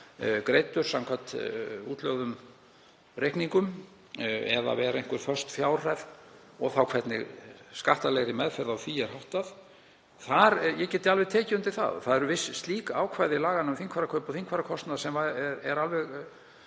greiddur samkvæmt útlögðum reikningum eða vera föst fjárhæð og þá hvernig skattalegri meðferð á því er háttað. Ég get alveg tekið undir það, viss slík ákvæði laganna um þingfararkaup og þingfararkostnað er alveg